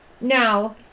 Now